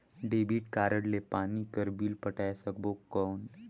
Debit card ले पानी कर बिल पटाय सकबो कौन?